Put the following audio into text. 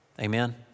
Amen